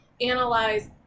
analyze